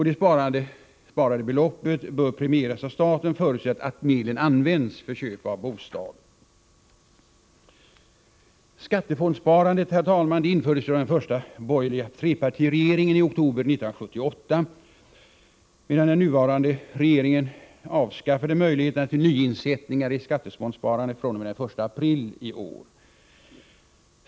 Det sparade beloppet bör premieras av staten, förutsatt att medlen verkligen används för köp av bostad. Herr talman! Skattefondssparandet infördes av den första borgerliga trepartiregeringen i oktober 1978, medan den nuvarande regeringen avskaffade möjligheterna till nyinsättningar i skattefondssparandet fr.o.m. den 1 april i år.